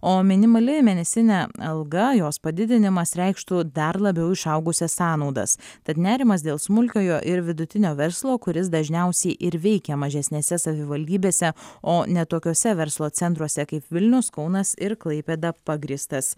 o minimali mėnesinė alga jos padidinimas reikštų dar labiau išaugusias sąnaudas tad nerimas dėl smulkiojo ir vidutinio verslo kuris dažniausiai ir veikia mažesnėse savivaldybėse o ne tokiuose verslo centruose kaip vilnius kaunas ir klaipėda pagrįstas